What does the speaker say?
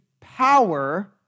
power